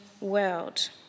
world